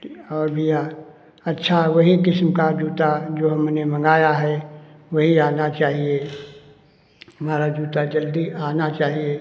ठीक और भइया अच्छा वही किस्म का जूता जो हमने मँगाया है वही आना चाहिए हमारा जूता जल्दी आना चाहिए